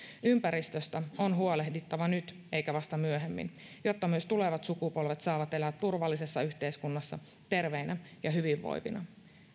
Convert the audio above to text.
ympäristöstä on huolehdittava nyt eikä vasta myöhemmin jotta myös tulevat sukupolvet saavat elää turvallisessa yhteiskunnassa terveinä ja hyvinvoivina